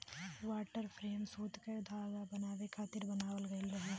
water frame सूत क धागा बनावे खातिर बनावल गइल रहे